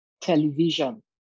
television